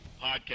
Podcast